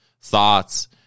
thoughts